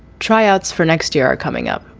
tryouts for next year are coming up,